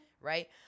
right